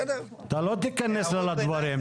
אתה לא תיכנס לה לדברים.